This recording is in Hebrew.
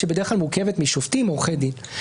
שבדרך כלל מורכבת משופטים ועורכי דין.